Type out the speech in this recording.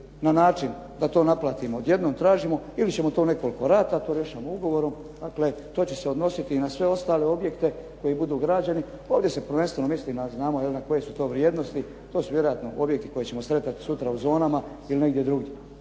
na način da to naplatimo odjednom, tražimo ili ćemo to u nekoliko rata, to rješavamo ugovorom. Dakle, to će se odnositi i na sve ostale objekte koji budu građeni. Ovdje se prvenstveno misli, znamo na koje su to vrijednosti. To su vjerojatno objekti koje ćemo sretati sutra u zonama ili negdje drugdje.